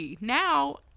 now